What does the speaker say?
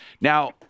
Now